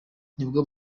nibwo